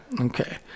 Okay